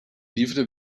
lieferte